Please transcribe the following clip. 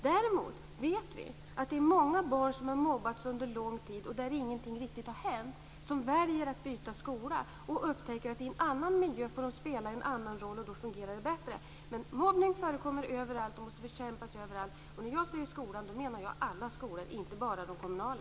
Däremot vet vi att det är många barn - sådana som har mobbats under lång tid utan att någonting riktigt har hänt - som väljer att byta skola och upptäcker att de i en annan miljö får spela en annan roll och att det då fungerar bättre. Men mobbning förekommer överallt och måste bekämpas överallt. När jag säger skolan menar jag alla skolor, inte bara de kommunala.